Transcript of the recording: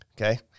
okay